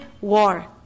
war